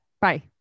Bye